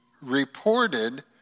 reported